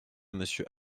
monsieur